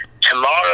Tomorrow